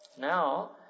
Now